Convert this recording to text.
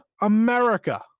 America